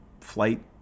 flight